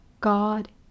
God